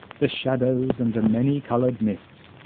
the shadows and the many-colored mists,